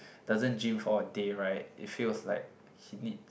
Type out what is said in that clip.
doesn't gym for a day right it feels like he needs